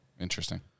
Interesting